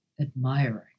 admiring